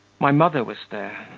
my mother was there,